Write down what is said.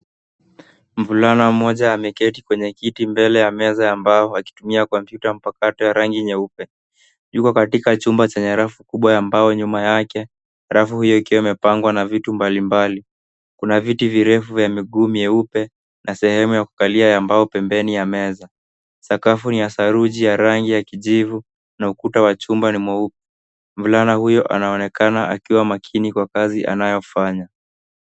Mvulana mmoja ameketi kwenye kiti mbele ya meza ya mbao akitumia komputa mpakato ya rangi nyeupe. Yuko katika chumba chenye rafu kubwa ya mbao nyuma yake, rafu hiyo ikiwa imepangwa na vitu mbalimbali. Kuna viti virefu ya miguu myeupe na sehemu ya kukalia ya mbao pembeni ya meza. Sakafu ni ya saruji ya rangi ya kijivu na ukuta wa chumba ni mweupe. Mvulana huyo anaonekana akiwa makini kwa kazi anayofanya.